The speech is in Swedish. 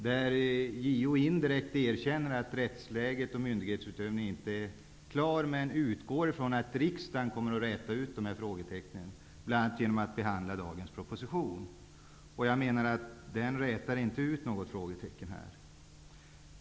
JO erkänner indirekt att rättsläget och myndighetsutövningen inte är klar, men utgår ifrån att riksdagen kommer att räta ut dessa frågetecken, bl.a. genom att behandla dagens proposition. Jag menar att den behandlingen inte rätar ut några frågetecken.